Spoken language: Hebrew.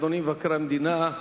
אדוני מבקר המדינה,